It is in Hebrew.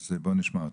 אז בוא נשמע אותם,